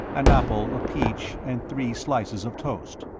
an apple, a peach, and three slices of toast.